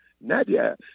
Nadia